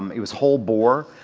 um it was whole boar.